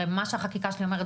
הרי מה שהחקיקה שלי אומרת,